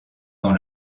dans